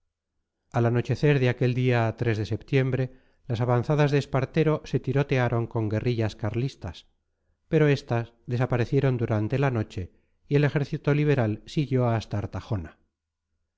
al anochecer de aquel día de septiembre las avanzadas de espartero se tirotearon con guerrillas carlistas pero estas desaparecieron durante la noche y el ejército liberal siguió hasta artajona